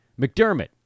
McDermott